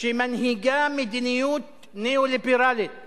שמנהיגה מדיניות ניאו-ליברלית